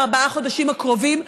בארבעת החודשים הקרובים,